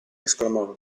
esclamò